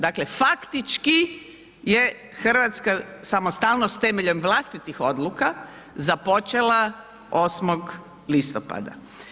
Dakle faktički je Hrvatska samostalnost temeljem vlastitih odluka započela 8. listopada.